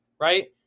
right